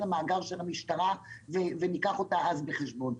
למאגר של המשטרה וניקח אותה אז בחשבון?